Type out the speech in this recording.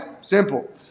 Simple